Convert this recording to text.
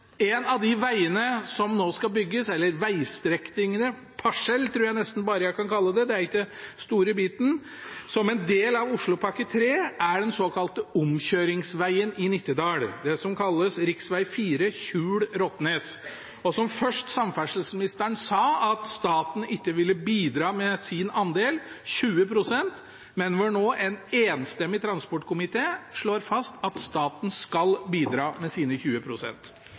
en av de vegstrekningene som nå skal bygges – eller «parsell» tror jeg nesten jeg kan kalle det, for det er ikke store biten – som en del av Oslopakke 3, er den såkalte omkjøringsvegen i Nittedal, den som kalles rv. 4 Kjul–Rotnes. Der sa samferdselsministeren først at han ikke ville bidra med sin andel, 20 pst., men en enstemmig transportkomité slår nå fast at staten skal bidra med sine